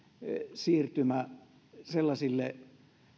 siirtymä sellaisille